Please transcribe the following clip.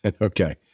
Okay